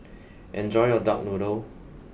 enjoy your Duck Noodle